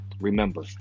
Remember